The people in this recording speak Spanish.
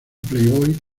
playboy